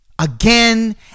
again